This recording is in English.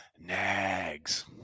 Nags